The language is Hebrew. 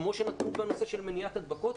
כמו שנתנו בנושא מניעת הדבקות,